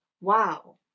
wow